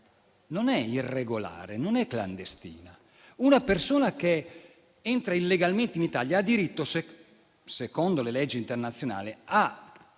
non è irregolare, non è clandestina: una persona che entra illegalmente in Italia ha diritto, secondo le leggi internazionali, a essere